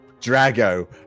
Drago